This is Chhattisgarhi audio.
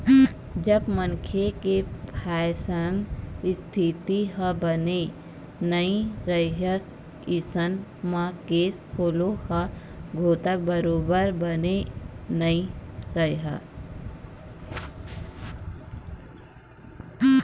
जब मनखे के फायनेंस इस्थिति ह बने नइ रइही अइसन म केस फोलो ह घलोक बरोबर बने नइ रहय